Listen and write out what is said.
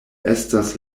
estas